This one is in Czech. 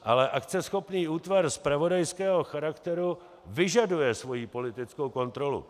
Ale akceschopný útvar zpravodajského charakteru vyžaduje svoji politickou kontrolu.